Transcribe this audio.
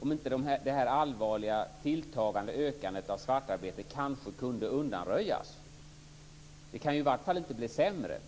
om inte det här allvarliga och tilltagande ökandet av svartarbetet kanske kunde undanröjas? Det kan i vart fall inte bli sämre.